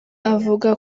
avuga